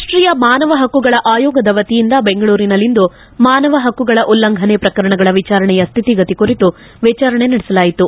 ರಾಷ್ಟೀಯ ಮಾನವ ಹಕ್ಕುಗಳ ಆಯೋಗದ ವತಿಯಿಂದ ಬೆಂಗಳೂರಿನಲ್ಲಿಂದು ಮಾನವ ಹಕ್ಕುಗಳ ಉಲ್ಲಂಘನೆ ಪ್ರಕರಣಗಳ ವಿಚಾರಣೆಯ ಸ್ಥಿತಿಗತಿ ಕುರಿತು ವಿಚಾರಣೆ ನಡೆಸಲಾಯಿತು